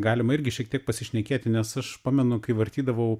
galima irgi šiek tiek pasišnekėti nes aš pamenu kai vartydavau